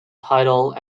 title